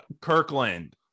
Kirkland